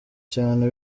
cyane